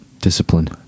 discipline